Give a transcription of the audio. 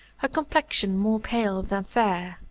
her complexion more pale than fair.